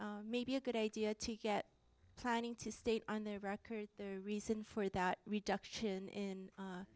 may be a good idea to get planning to state on their record the reason for that reduction in